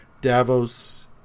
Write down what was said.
Davos